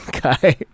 guy